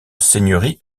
seigneurie